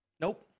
Nope